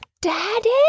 Daddy